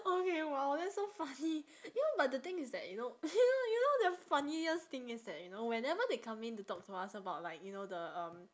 okay !wow! that's so funny you know but the thing is that you know you know you know the funniest thing is that you know whenever they come in to talk to us about like you know the um